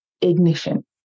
ignition